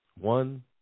one